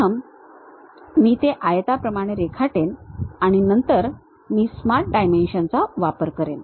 प्रथम मी ते आयताप्रमाणे रेखाटन आणि नंतर मी स्मार्ट डायमेन्शन चा वापर कारेन